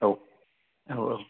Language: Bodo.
औ औ औ